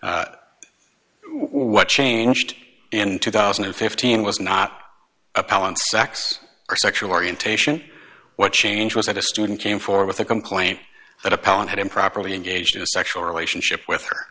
e what changed in two thousand and fifteen was not a palin sex or sexual orientation what changed was that a student came forward with a complaint that appellant had improperly engaged in a sexual relationship with her